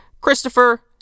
Christopher